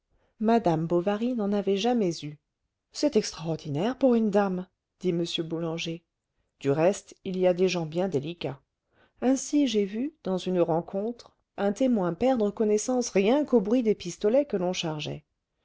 madame bovary n'en avait jamais eu c'est extraordinaire pour une dame dit m boulanger du reste il y a des gens bien délicats ainsi j'ai vu dans une rencontre un témoin perdre connaissance rien qu'au bruit des pistolets que l'on chargeait